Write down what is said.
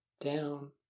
down